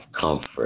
comfort